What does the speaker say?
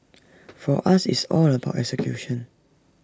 for us it's all about execution